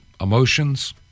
emotions